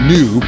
New